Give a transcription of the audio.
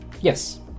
Yes